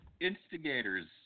instigators